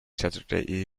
saturday